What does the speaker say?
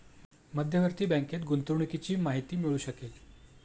मध्यवर्ती बँकेत गुंतवणुकीची माहिती मिळू शकेल